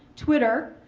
twitter,